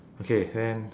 okay when